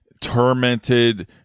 tormented